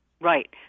Right